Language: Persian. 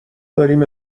داریم